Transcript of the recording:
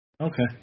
Okay